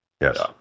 Yes